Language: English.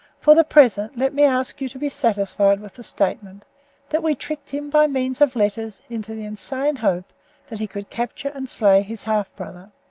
for the present let me ask you to be satisfied with the statement that we tricked him by means of letters into the insane hope that he could capture and slay his half-brother.